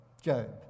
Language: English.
Job